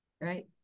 right